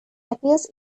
appears